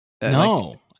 No